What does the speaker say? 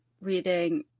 reading